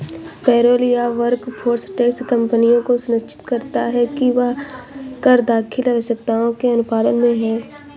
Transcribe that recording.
payroll या workforce tax कंपनियों को सुनिश्चित करता है कि वह कर दाखिल आवश्यकताओं के अनुपालन में है